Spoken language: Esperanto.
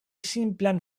simplan